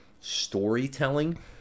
storytelling